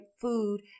food